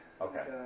Okay